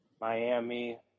Miami